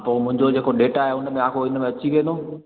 हा पोइ मुंहिंजो जेको डेटा आहे हुन में अची वेंदो